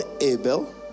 Abel